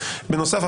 בנוסף,